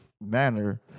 manner